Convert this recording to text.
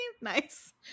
nice